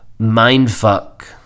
mindfuck